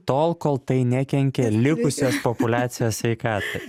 tol kol tai nekenkia likusios populiacijos sveikatai